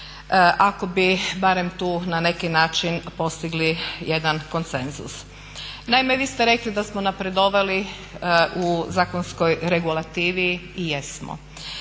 ako bi barem tu na neki način postigli jedan konsenzus. Naime, vi ste rekli da smo napredovali u zakonskoj regulativi i jesmo.